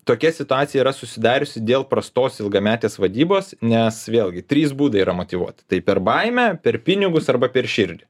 tokia situacija yra susidariusi dėl prastos ilgametės vadybos nes vėlgi trys būdai yra motyvuot tai per baimę per pinigus arba per širdį